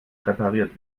repariert